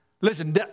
Listen